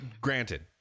granted